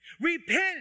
Repent